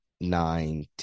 nine